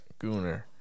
Gooner